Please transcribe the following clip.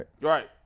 Right